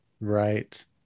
Right